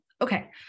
Okay